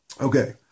Okay